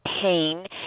pain